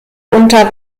unter